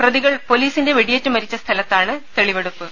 പ്രതികൾ പൊലീസിന്റെ വെടിയേറ്റ് മരിച്ച സ്ഥലത്താണ് തെളിവെ ടുപ്പ്